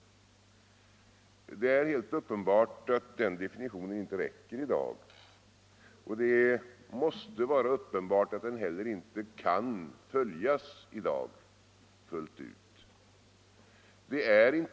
Den definitionen räcker inte i dag, och det måste vara uppenbart att bestämmelsen i dag inte heller kan följas fullt ut.